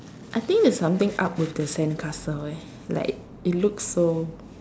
I think there's something up with the sandcastle eh like it looks so